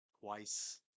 twice